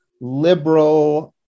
liberal